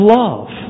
love